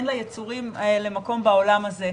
אין ליצורים האלה מקום בעולם הזה,